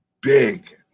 big